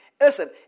Listen